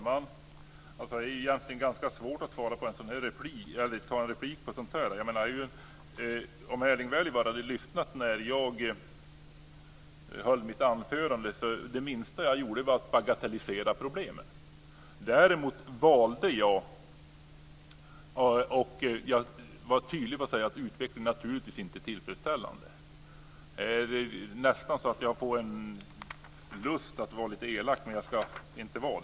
Fru talman! Det är ganska svårt att svara på en sådan här replik. Om Erling Wälivaara hade lyssnat när jag höll mitt anförande hade han vetat att det som jag minst av allt gjorde var att bagatellisera problemen. Däremot sade jag tydligt att mycket naturligtvis inte är tillfredsställande. Jag får lust att vara lite elak, men det ska jag inte vara.